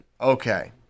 Okay